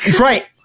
Right